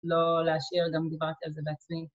‫לא להשאיר. גם דיברתי על זה בעצמי.